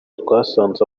twasanze